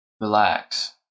relax